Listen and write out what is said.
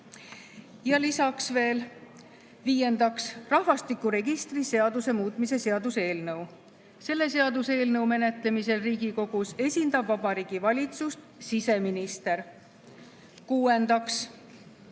rahandusminister. Viiendaks, rahvastikuregistri seaduse muutmise seaduse eelnõu. Selle seaduseelnõu menetlemisel Riigikogus esindab Vabariigi Valitsust siseminister. Kuuendaks,